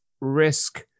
risk